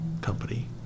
company